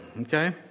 Okay